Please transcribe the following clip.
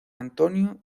antonio